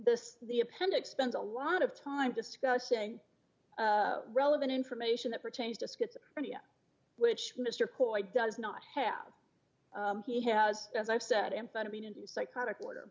this the appendix spends a lot of time discussing relevant information that pertains to schizophrenia which mr coit does not have he has as i said amphetamine into psychotic order